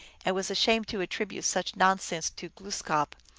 and was ashamed to attribute such nonsense to glooskap,